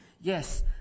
Yes